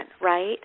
right